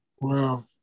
Wow